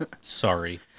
Sorry